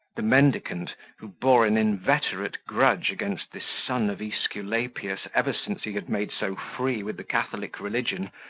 the mendicant, who bore an inveterate grudge against this son of esculapius ever since he had made so free with the catholic religion,